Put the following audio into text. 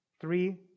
Three